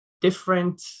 different